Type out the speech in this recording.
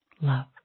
love